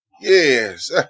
yes